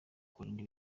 kurinda